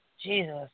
Jesus